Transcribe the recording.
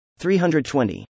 320